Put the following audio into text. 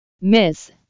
miss